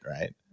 right